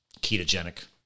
ketogenic